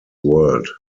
world